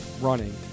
running